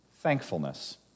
thankfulness